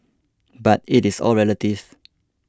but it is all relative